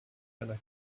einer